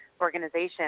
organization